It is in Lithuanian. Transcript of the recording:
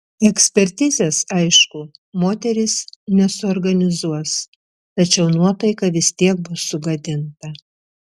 ekspertizės aišku moteris nesuorganizuos tačiau nuotaika vis tiek bus sugadinta